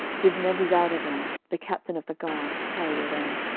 did nebuzaradan the captain of the guard carry away.